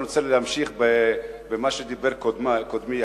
אני רוצה להמשיך במה שדיבר קודמי,